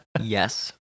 Yes